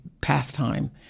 pastime